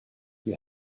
you